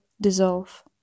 dissolve